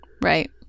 right